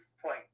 point